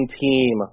team